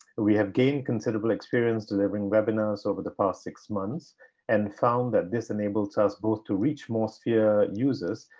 we have gained considerable experience delivering webinars over the past six months and found that this enables us both to reach more sphere users,